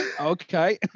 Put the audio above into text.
Okay